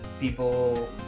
people